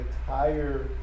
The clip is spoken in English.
entire